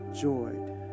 joyed